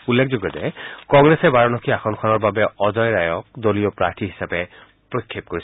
উল্লেখযোগ্য যে কংগ্ৰেছে বাৰাণসী আসনখনৰ বাবে অজয ৰায়ক দলীয় প্ৰাৰ্থী হিচাপে প্ৰক্ষেপ কৰিছে